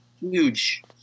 huge